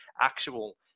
actual